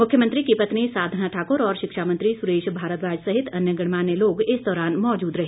मुख्यमंत्री की पत्नी साधना ठाक्र और शिक्षा मंत्री सुरेश भारद्वाज सहित अन्य गणमान्य लोग इस दौरान मौजूद रहे